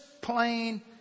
plain